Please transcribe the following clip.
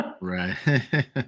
Right